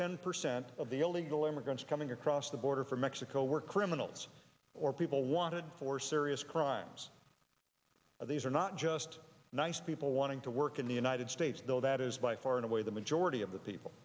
ten percent of the illegal immigrants coming across the border from mexico were criminals or people wanted for serious crimes but these are not just nice people wanting to work in the united states though that is by far and away the majority of the people